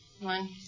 One